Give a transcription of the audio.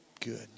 good